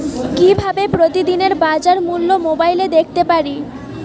কিভাবে প্রতিদিনের বাজার মূল্য মোবাইলে দেখতে পারি?